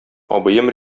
абыем